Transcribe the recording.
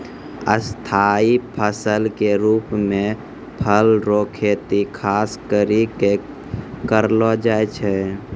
स्थाई फसल के रुप मे फल रो खेती खास करि कै करलो जाय छै